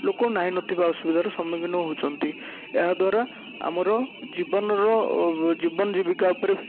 ଲୋକ ନାହିଁ ନଥିବା ଅସୁବିଧାର ସମ୍ମୁଖୀନ ହେଉଛନ୍ତି ଏହାଦ୍ୱାରା ଆମର ଜୀବନର ଜୀବନ ଜୀବିକା ଉପରେ